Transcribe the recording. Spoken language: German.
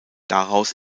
daraus